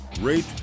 rate